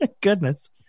Goodness